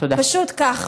פשוט כך.